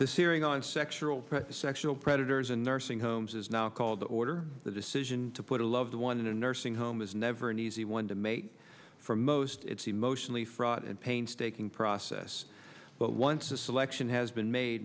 hearing on sexual predators sexual predators and nursing homes is now called the order the decision to put a loved one in a nursing home is never an easy one to make for most it's emotionally fraught and painstaking process but once a selection has been made